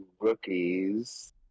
rookies